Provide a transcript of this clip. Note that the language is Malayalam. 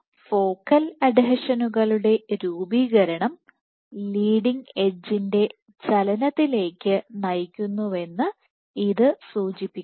ഫോക്കൽ അഡ്ഹെഷനുകളുടെ രൂപീകരണം ലീഡിങ് എഡ്ജിന്റെ ചലനത്തെ നയിക്കുന്നുവെന്ന് ഇത് സൂചിപ്പിക്കുന്നു